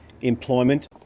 employment